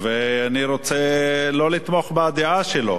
ואני רוצה לא לתמוך בדעה שלו.